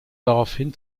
daraufhin